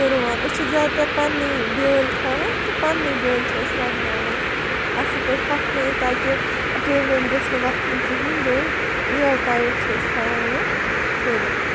تہٕ رُوان أسۍ چھِ زیادٕ تَر پَننی بیٲلۍ تھاوان تہٕ پَننی بیٲلۍ چھِ أسۍ وۄبداون اَصل پٲٹھۍ ہۄکھنٲیِتھ تاکہِ کیٚمۍ ویٚمۍ گٔژھۍ نہٕ وۄتھٕنۍ کِہِیٖنۍ بیٚیہِ اِیَر ٹایِٹ چھِ أسۍ تھاوان یِم کٔرِتھ